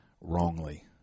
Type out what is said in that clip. wrongly